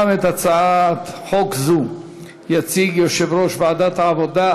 גם את הצעת החוק הזאת יציג יושב-ראש ועדת העבודה,